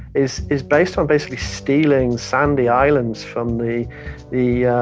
is is based on basically stealing sandy islands from the the yeah